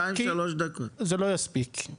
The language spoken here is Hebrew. זה לא יספיק.